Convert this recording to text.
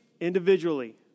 individually